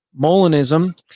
Molinism